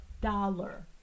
dollar